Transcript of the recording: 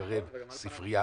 קרב הספרייה,